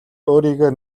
өөрийгөө